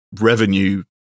revenue